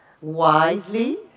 wisely